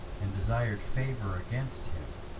and desired favour against him,